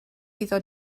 iddo